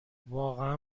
واقعا